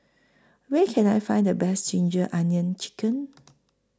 Where Can I Find The Best Ginger Onions Chicken